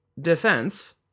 defense